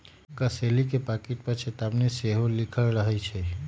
कसेली के पाकिट पर चेतावनी सेहो लिखल रहइ छै